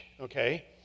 okay